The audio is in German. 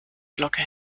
glocke